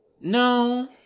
No